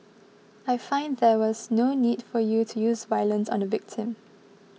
I find there was no need for you to use violence on the victim